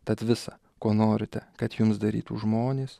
tad visa ko norite kad jums darytų žmonės